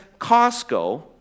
Costco